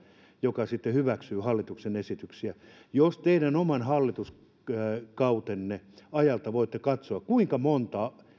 joka sitten hyväksyy hallituksen esityksiä jos teidän oman hallituskautenne ajalta voitte katsoa kuinka monta